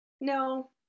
No